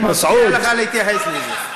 אני מבטיח לך להתייחס לזה.